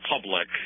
public